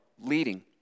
leading